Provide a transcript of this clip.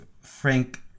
Frank